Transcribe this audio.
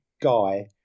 guy